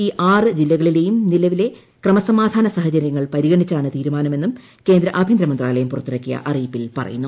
ഈ ആറ് ജില്ലകളിലെയും നിലവിലെ ക്രമസമാധാന സാഹചര്യങ്ങൾ പരിഗണിച്ചാണ് തീരുമാനമെന്നും കേന്ദ്ര ആഭ്യന്തര മന്ത്രാലയം പുറത്തിറക്കിയ അറിയിപ്പിൽ പറയുന്നു